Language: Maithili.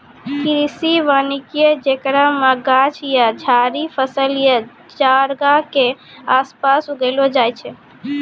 कृषि वानिकी जेकरा मे गाछ या झाड़ि फसल या चारगाह के आसपास उगैलो जाय छै